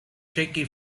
shaky